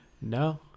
No